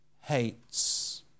hates